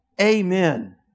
Amen